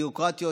ביורוקרטיות,